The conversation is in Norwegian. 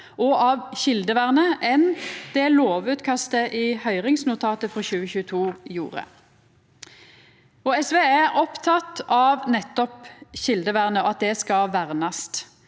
og av kjeldevernet enn det lovutkastet i høyringsnotatet frå 2022 gjorde. SV er oppteke av nettopp kjeldevernet, og at det skal vernast.